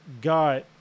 got